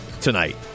tonight